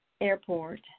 airport